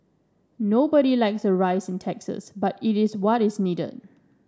nobody likes a rise in taxes but it is what is needed